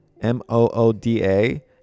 M-O-O-D-A